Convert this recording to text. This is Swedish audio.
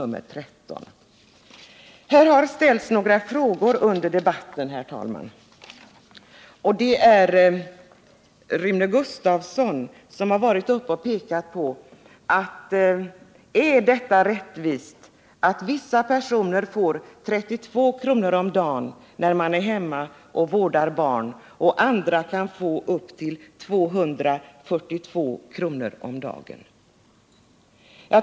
Det har ställts några frågor under debatten. Rune Gustavsson har frågat om det är rättvist att vissa personer får 32 kr. om dagen när de är hemma och vårdar barn, medan andra kan få upp till 242 kr. om dagen.